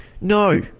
No